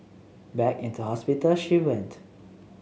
back into hospital she went